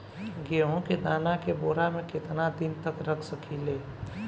गेहूं के दाना के बोरा में केतना दिन तक रख सकिले?